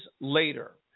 later